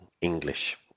English